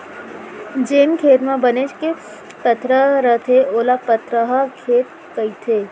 जेन खेत म बनेच के पथरा रथे ओला पथरहा खेत कथें